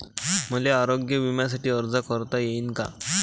मले आरोग्य बिम्यासाठी अर्ज करता येईन का?